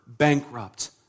bankrupt